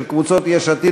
של קבוצות יש עתיד,